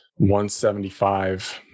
$175